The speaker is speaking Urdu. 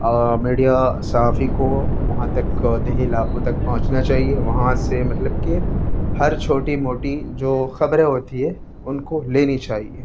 میڈیا صحافی کو وہاں تک دیہی علاقوں تک پہنچنا چاہیے وہاں سے مطلب کہ ہر چھوٹی موٹی جو خبریں ہوتی ہے ان کو لینی چاہیے